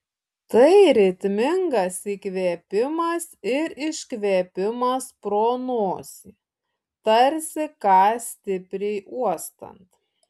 tai ritmingas įkvėpimas ir iškvėpimas pro nosį tarsi ką stipriai uostant